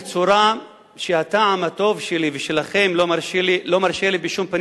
בצורה שהטעם הטוב שלי ושלכם לא מרשה לי בשום פנים